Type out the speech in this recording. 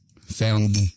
found